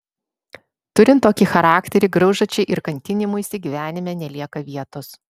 turint tokį charakterį graužačiai ir kankinimuisi gyvenime nelieka vietos